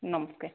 ନମସ୍କାର